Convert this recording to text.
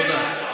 תודה.